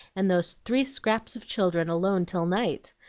and those three scraps of children alone till night!